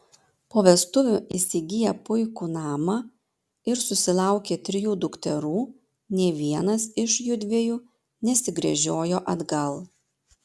po vestuvių įsigiję puikų namą ir susilaukę trijų dukterų nė vienas iš jųdviejų nesigręžiojo atgal